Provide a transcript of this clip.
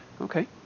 Okay